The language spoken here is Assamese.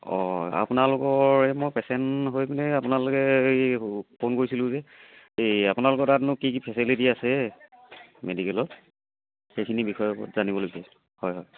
অঁ আপোনালোকৰ এই মই পেচেণ্ট হৈ পিনে আপোনালেকে এই ফোন কৰিছিলোঁ যে এই আপোনালোকৰ তাতনো কি কি ফেচিলিটি আছে মেডিকেলত সেইখিনি বিষয়ৰ ওপৰত জানিবলগীয়া আছিল হয় হয়